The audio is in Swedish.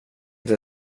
inte